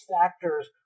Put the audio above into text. factors